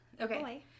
okay